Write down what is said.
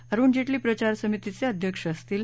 अरुण जेटली प्रचार समितीचे अध्यक्ष असतील